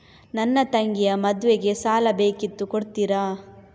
ನನ್ನ ತಂಗಿಯ ಮದ್ವೆಗೆ ಸಾಲ ಬೇಕಿತ್ತು ಕೊಡ್ತೀರಾ?